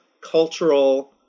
cultural